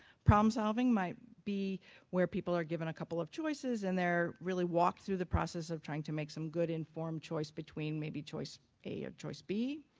problem solving might be where people are given a couple of choices and they're really walked through the process of trying to make some good informed choice between maybe choice a or choice b.